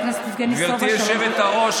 היושבת-ראש,